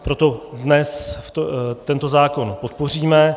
Proto dnes tento zákon podpoříme.